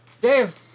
Dave